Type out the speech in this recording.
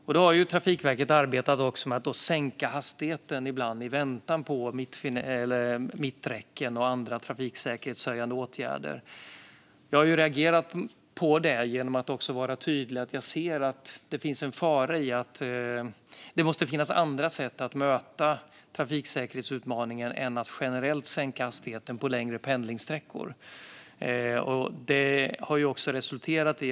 Trafikverket har också ibland arbetat med att sänka hastigheten i väntan på mitträcken och andra trafiksäkerhetshöjande åtgärder. Jag har reagerat på det genom att vara tydlig med att jag ser att det finns en fara i detta. Det måste finnas andra sätt att möta trafiksäkerhetsutmaningen än att generellt sänka hastigheten på längre pendlingssträckor. Det har också gett resultat.